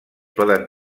poden